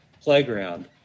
playground